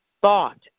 thought